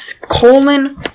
colon